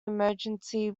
emergency